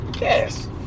Yes